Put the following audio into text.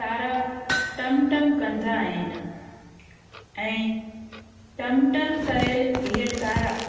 तारा टम टम कंदा आहिनि ऐं टम टम कयलु इहे तारा